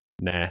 nah